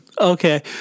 Okay